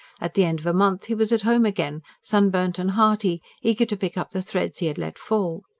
at the end of a month he was at home again, sunburnt and hearty, eager to pick up the threads he had let fall.